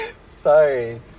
Sorry